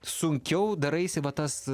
sunkiau daraisi va tas